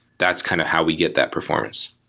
that's kind of how we get that performance.